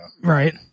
Right